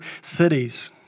cities